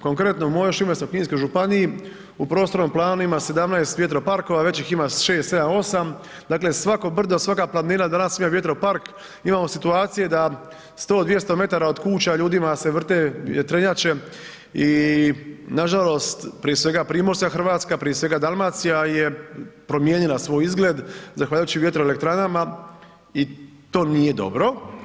Konkretno, u mojoj Šibensko-kninskoj županiji, u prostornom planu ima 17 vjetroparkova, već ih ima 6, 7, 8 dakle svako brdo, svaka planina danas ima vjetropark, imamo situacije da 100, 200 m od kuća ljudima se vrte vjetrenjače i nažalost prije svega Primorska Hrvatska, prije svega Dalmacija je promijenila svoj izgled zahvaljujući vjetroelektranama i to nije dobro.